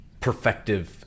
perfective